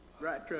right